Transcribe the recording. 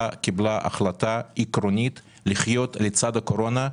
קיבלה החלטה עקרונית לחיות לצד הקורונה,